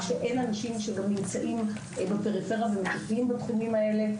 שאין אנשים שנמצאים בפריפריה ומטפלים בתחומים האלה.